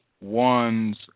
one's